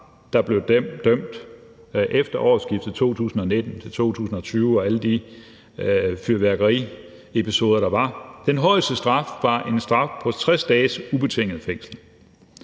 der blev dømt efter årsskiftet 2019/20 og alle de fyrværkeriepisoder, der var, var en straf på 60 dages ubetinget fængsel.